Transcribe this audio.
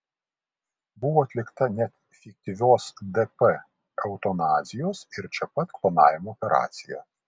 buvo atlikta net fiktyvios dp eutanazijos ir čia pat klonavimo operacija